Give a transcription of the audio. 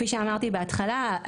כפי שאמרתי בהתחלה,